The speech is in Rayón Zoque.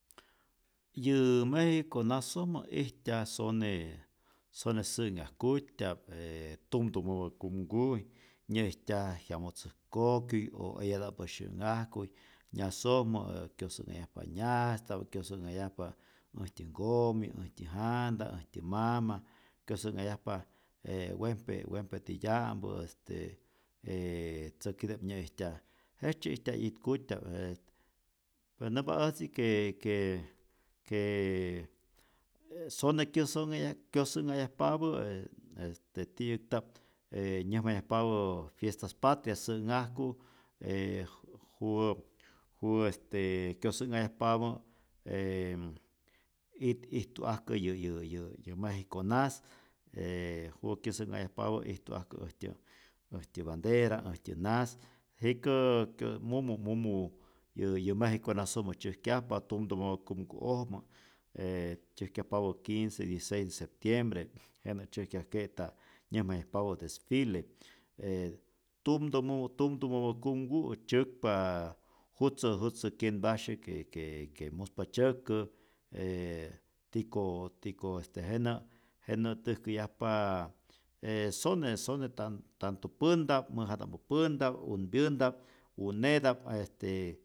Yä mejiko nasojmä ijtyaj sone sone sä'nhajkutya'p, je tumtumäpä kumku' nyä'ijtyaj jyamotzäjkokyuy o eyata'mpä syä'nhajkuy nyasojmä, ä kyosä'nhajyajpa nyas, tambien kyosä'nhajyajpa äjtyä nkomi, äjtyä janta, äjtyä mama, kyosä'nhajyajpa e wempe wempe titya'mpä este ee tzäkita'p nyä'ijtyaj, jejtzye ijtyaj 'yitkutya'p je, pero nämpa äjtzi que que qu sone kyosä'nhajyaj kyosä'nhajyajpapä e este ti'yäkta'p e nyäjmayajpapä fiestas patrias sä'nhajku, e ju juwä juwä este kyosä'nhayajpapä m it ijtu'ajkä yä yä yä yä mejiko nas, e juwä kyosä'nhayajpapä ijtu'ajkä äjtyä äjtyä bandera, äjtyä nas, jikää tä mumu mumu yä yä mejiko nasojmä tzyäjkyajpa tumtumäpä kumku'ojmä, e tzyäjkyajpapä quince, dieciseis de septiembre, jenä tzyäjkyajke'ta nyäjmayajpapä desfile, e tumtumäpä tumtumäpä kumku'i tzyäkpa jutztä jutztä kyenpasye que que que muspa tzyäkä, ee tiko tiko este jenä' jenä' täjkäyajpaa e sone sone tan tanto pänta'p, mäjata'mpä pänta'p, unpyänta'p, uneta'p, este,